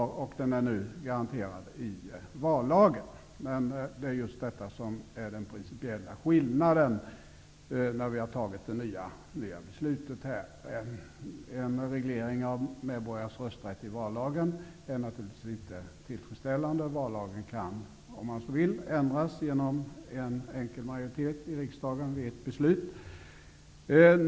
Rösträtten är nu garanterad i vallagen. Det är just detta som blir den principiella skillnaden, när vi fattat beslutet här. En reglering av medborgarnas rösträtt i vallagen är naturligtvis inte tillfredsställande. Vallagen kan, om man så vill, ändras genom en enkel majoritet i riksdagen vid ett beslut.